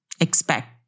expect